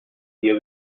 بیا